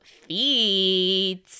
Feet